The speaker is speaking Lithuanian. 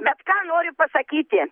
bet ką noriu pasakyti